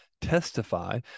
testify